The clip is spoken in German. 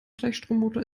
gleichstrommotor